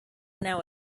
now